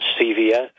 CVS